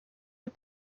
eux